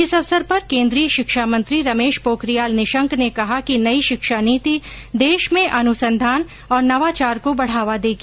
इस अवसर पर केन्द्रीय शिक्षा मंत्री रमेश पोखरियाल निशंक ने कहा कि नई शिक्षा नीति देश में अनुसंधान और नवाचार को बढ़ावा देगी